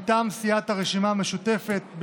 מטעם סיעת הרשימה המשותפת,